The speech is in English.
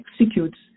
executes